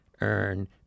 earn